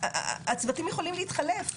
הצוותים יכולים להתחלף.